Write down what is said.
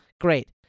Great